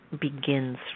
begins